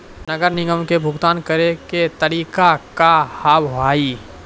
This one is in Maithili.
नगर निगम के भुगतान करे के तरीका का हाव हाई?